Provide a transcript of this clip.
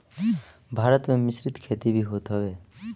भारत में मिश्रित खेती भी होत हवे